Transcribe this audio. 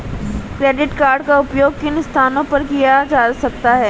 Credit card का उपयोग किन स्थानों पर किया जा सकता है?